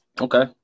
Okay